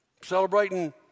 celebrating